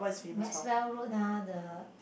Maxwell-Road ah the